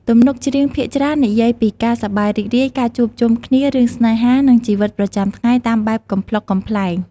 ហើយបទកន្ទ្រឹមនេះ មានប្រជាប្រិយភាពយ៉ាងខ្លាំងនៅតាមតំបន់ជនបទ ជាពិសេសនៅតាមខេត្តជាប់ព្រំដែនកម្ពុជា-វៀតណាម និងកម្ពុជា-ថៃ។